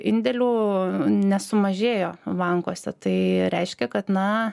indėlių nesumažėjo bankuose tai reiškia kad na